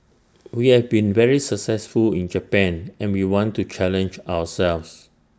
we have been very successful in Japan and we want to challenge ourselves